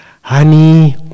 honey